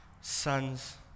sons